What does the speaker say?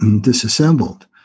disassembled